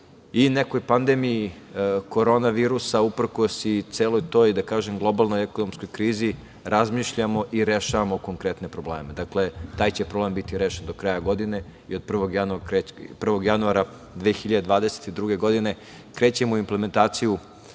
i nekoj pandemiji korona virusa, uprkos i celoj toj, da kažem, globalnoj ekonomskoj krizi, razmišljamo i rešavamo konkretne probleme. Dakle, taj će problem biti rešen do kraja godine i od 1. januara 2022. godine krećemo u implementaciju